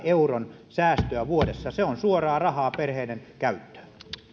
euron säästöä vuodessa se on suoraa rahaa perheiden käyttöön